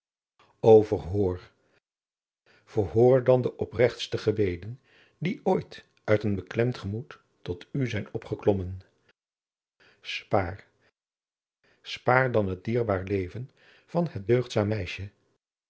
verhoor verhoor dan de opregste gebeden die ooit uit een beklemd gemoed tot u zijn opgeklommen spaar spaar dan het dierbaar leven van het deugdzaam meisje